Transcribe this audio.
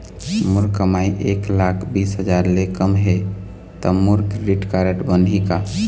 मोर कमाई एक लाख बीस हजार ले कम हे त मोर क्रेडिट कारड बनही का?